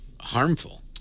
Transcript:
harmful